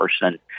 person